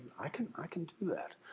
i can i can do that.